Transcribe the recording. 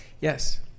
Yes